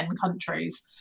countries